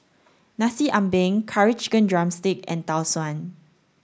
Nasi Ambeng curry chicken drumstick and Tau Suan